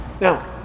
Now